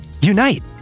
unite